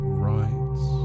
writes